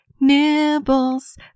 Nibbles